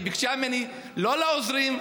היא ביקשה ממני: לא לעוזרים,